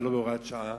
ולא בהוראת שעה,